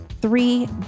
three